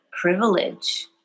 privilege